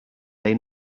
they